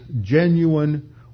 genuine